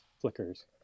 flickers